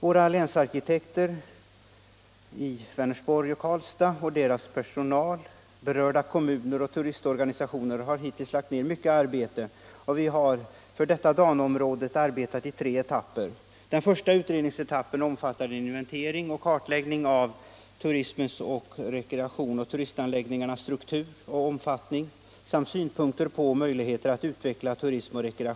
Våra länsarkitekter i Vänersborg och Karlstad och deras personal har liksom berörda kommuner och turistorganisationer redan lagt ned mycket arbete. Vi har för detta Dano-område arbetat i tre etapper.